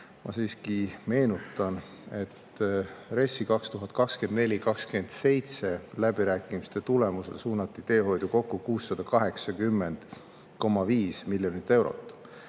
Ma siiski meenutan, et RES‑i 2024–2027 läbirääkimiste tulemusel suunati teehoidu kokku 680,5 miljonit eurot.